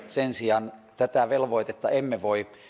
sen sijaan tätä velvoitetta emme voi